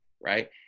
right